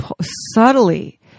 subtly